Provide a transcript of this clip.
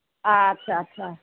ᱟᱪᱪᱷᱟ ᱟᱪᱪᱷᱟ